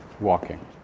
Walking